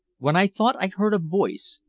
when i thought i heard a voice,